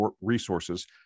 Resources